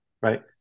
right